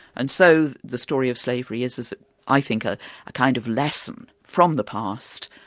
and so the story of slavery is is i think, a kind of lesson from the past,